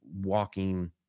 walking